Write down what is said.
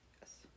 Yes